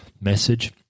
message